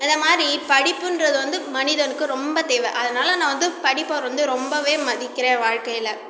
அதை மாதிரி படிப்புன்றது வந்து மனிதனுக்கு ரொம்ப தேவை அதனால் நான் வந்து படிப்பை வந்து ரொம்பவே மதிக்கிறேன் வாழ்க்கையில்